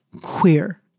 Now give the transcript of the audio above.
queer